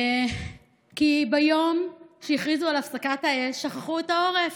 כי ביום שהכריזו על הפסקת האש שכחו את העורף.